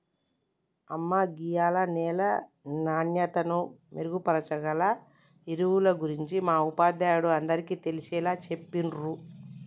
అమ్మ గీయాల నేల నాణ్యతను మెరుగుపరచాగల ఎరువుల గురించి మా ఉపాధ్యాయుడు అందరికీ తెలిసేలా చెప్పిర్రు